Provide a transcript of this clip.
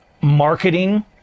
marketing